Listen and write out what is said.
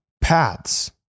paths